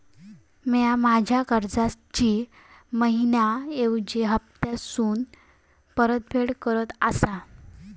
म्या माझ्या कर्जाची मैहिना ऐवजी हप्तासून परतफेड करत आसा